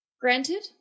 granted